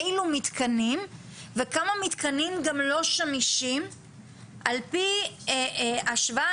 אילו מתקנים וכמה מתקנים גם לא שמישים על-פי השוואה,